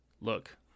look